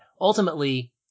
ultimately